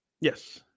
yes